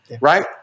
Right